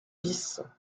bis